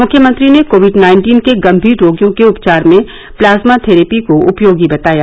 मुख्यमंत्री ने Covid nineteen के गम्भीर रोगियों के उपचार में प्लाज्मा थेरेपी को उपयोगी बताया